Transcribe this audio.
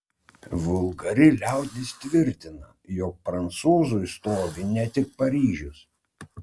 vulgari liaudis tvirtina jog prancūzui stovi ne tik paryžius